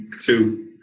two